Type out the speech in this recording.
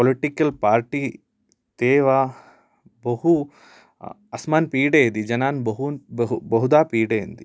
political party ते वा बहु अस्मान् पीडयति जनान् बहुधा पीडयन्ति